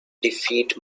defeat